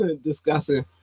discussing